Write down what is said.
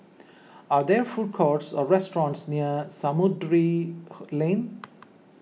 are there food courts or restaurants near Samudera Lane